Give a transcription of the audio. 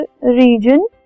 region